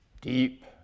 deep